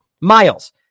miles